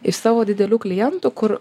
iš savo didelių klientų kur